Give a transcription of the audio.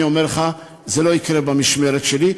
אני אומר לך, זה לא יקרה במשמרת שלי.